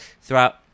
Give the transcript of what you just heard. throughout